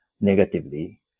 negatively